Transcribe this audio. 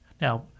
Now